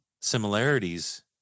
similarities